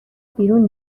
بیرون